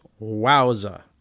Wowza